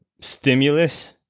stimulus